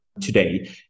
today